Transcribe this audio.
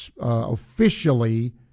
officially